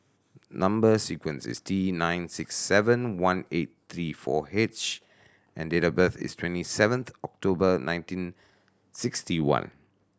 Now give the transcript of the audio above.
number sequence is T nine six seven one eight three four H and date of birth is twenty seventh October nineteen sixty one